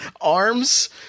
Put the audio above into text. ARMS